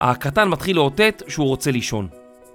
הקטן מתחיל לאותת שהוא רוצה לישון